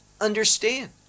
understand